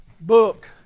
book